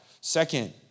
Second